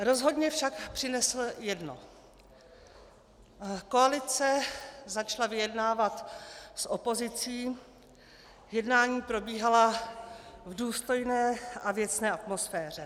Rozhodně však přinesl jedno: Koalice začala vyjednávat s opozicí, jednání probíhala v důstojné a věcné atmosféře.